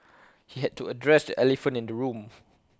he had to address the elephant in the room